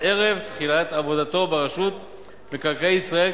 ערב תחילת עבודתו ברשות מקרקעי ישראל,